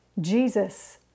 Jesus